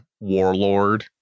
warlord